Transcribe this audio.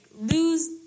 lose